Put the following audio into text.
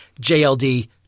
JLD